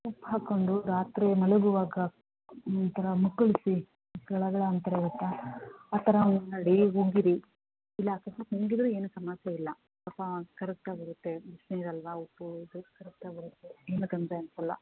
ಉಪ್ಪು ಹಾಕ್ಕೊಂಡು ರಾತ್ರಿ ಮಲಗುವಾಗ ಈ ಥರ ಮುಕ್ಕಳಿಸಿ ಗಳ ಗಳ ಅಂತಾರೆ ಗೊತ್ತಾ ಆ ಥರ ಮಾಡಿ ಉಗಿಯಿರಿ ಇಲ್ಲ ಅಕಸ್ಮಾತ್ ನುಂಗಿದರೂ ಏನೂ ಸಮಸ್ಯೆ ಇಲ್ಲ ಕಫ ಕರಗ್ತಾ ಬರುತ್ತೆ ಬಿಸ್ನೀರು ಅಲ್ಲವಾ ಉಪ್ಪು ಇದು ಕರಗ್ತಾ ಬರುತ್ತೆ ಏನೂ ತೊಂದರೆ ಅನಿಸಲ್ಲ